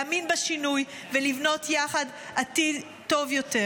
להאמין בשינוי ולבנות יחד עתיד טוב יותר.